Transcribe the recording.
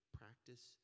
practice